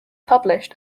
published